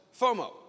FOMO